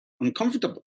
uncomfortable